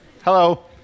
Hello